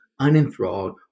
unenthralled